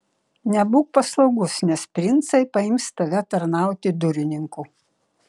nebūk paslaugus nes princai paims tave tarnauti durininku